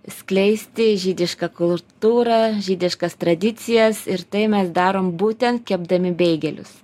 skleisti žydišką kultūrą žydiškas tradicijas ir tai mes darom būtent kepdami beigelius